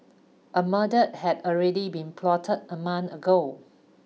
a murder had already been plotted a month ago